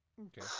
Okay